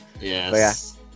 yes